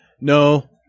No